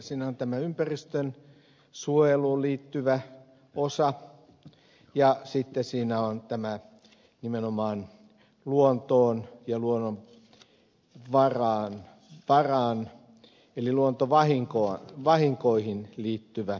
siinä on tämä ympäristönsuojeluun liittyvä osa ja sitten siinä on tämä nimenomaan luontoon ja luonnonvaraan eli luontovahinkoihin liittyvä osa